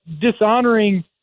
dishonoring